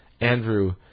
Andrew